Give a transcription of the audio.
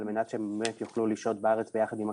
על מנת שיוכלו לשהות בארץ יחד עם הכלבים,